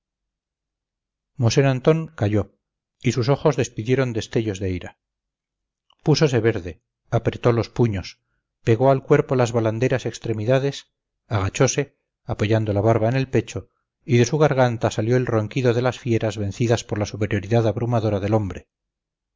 mosén antón calló y sus ojos despidieron destellos de ira púsose verde apretó los puños pegó al cuerpo las volanderas extremidades agachose apoyando la barba en el pecho y de su garganta salió el ronquido de las fieras vencidas por la superioridad abrumadora del hombre